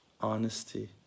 honesty